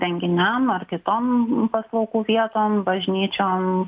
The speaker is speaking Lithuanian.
renginiam ar kitom paslaugų vietom bažnyčiom